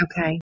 Okay